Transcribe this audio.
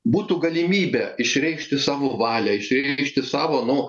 būtų galimybė išreikšti savo valią išreikšti savo nu